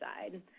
side